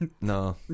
no